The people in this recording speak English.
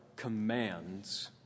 commands